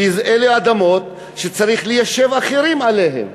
כי אלה אדמות שצריך ליישב אחרים עליהן.